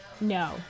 No